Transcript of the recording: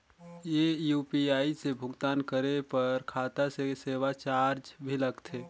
ये यू.पी.आई से भुगतान करे पर खाता से सेवा चार्ज भी लगथे?